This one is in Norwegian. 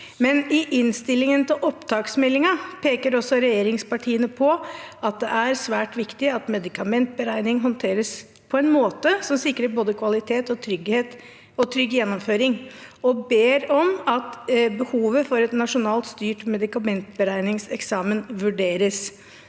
Men i innstillingen til opptaksmeldingen peker regjeringspartiene på at det er svært viktig at medikamentberegning håndteres på en måte som sikrer både kvalitet og trygg gjennomføring, og de ber om at behovet for en nasjonalt styrt medikamentregningseksamen vurderes.